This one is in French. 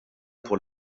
pour